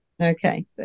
Okay